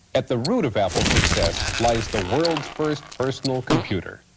at the root of apple's success lies the world's first personal computer.